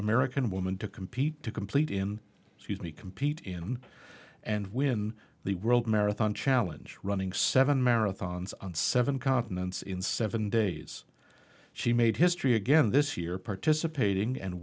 american woman to compete to complete in if you can we compete in and win the world marathon challenge running seven marathons on seven continents in seven days she made history again this year participating and